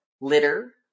litter